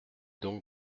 donc